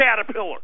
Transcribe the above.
Caterpillar